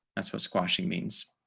that's what squashing means